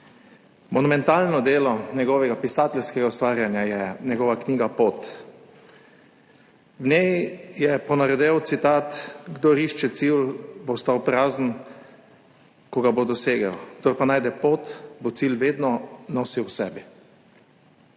Monumentalno delo njegovega pisateljskega ustvarjanja je njegova knjiga Pot. V njej je ponarodel citat: »Kdor išče cilj, bo ostal prazen, ko ga bo dosegel, kdor pa najde pot, bo cilj vedno nosil v sebi«.